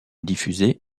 diffusée